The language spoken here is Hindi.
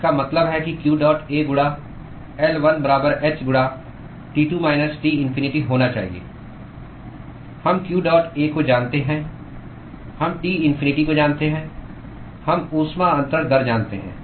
इसका मतलब है कि q डॉट A गुणा L1 बराबर h गुणा T2 माइनस T इन्फिनिटी होना चाहिए हम q डॉट A को जानते हैं हम T इन्फिनिटी को जानते हैं हम ऊष्मा अन्तरण दर जानते हैं